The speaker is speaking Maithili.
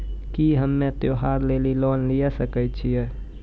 की हम्मय त्योहार लेली लोन लिये सकय छियै?